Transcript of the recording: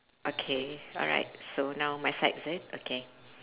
okay alright so now my side is it okay